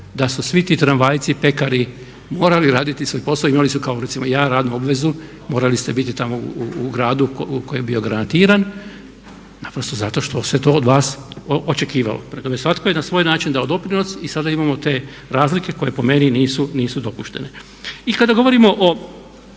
da su svi ti tramvajci, pekari morali raditi svoj posao, imali su kao recimo ja radnu obvezu, morali ste biti tamo u gradu koji je bio granatiran naprosto zato što se to od vas očekivalo. Prema tome, svatko je na svoj način dao doprinos i sada imamo te razlike koje po meni nisu dopuštene. I kada govorimo o